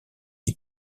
est